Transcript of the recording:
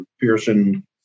Pearson